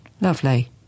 Lovely